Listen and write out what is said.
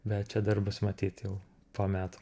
bet čia dar bus matyt jau po metų